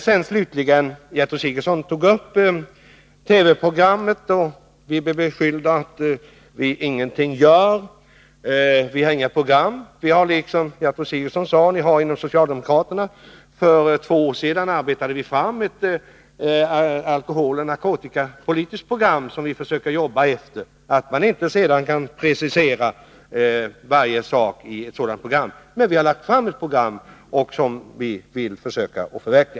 Gertrud Sigurdsen tog upp frågan om TV, och vi blev beskyllda för att ingenting göra och för att inte ha något program, vilket man enligt Gertrud Sigurdsen har inom socialdemokraterna. Men för två år sedan arbetade vi fram ett alkoholoch narkotikapolitiskt program, som vi försöker följa. I ett sådant program kan man dock inte precisera varje sak. Men vi har lagt fram ett program, som vi vill förverkliga.